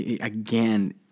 Again